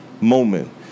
Moment